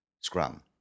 scrum